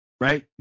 right